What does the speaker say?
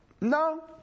No